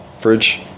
fridge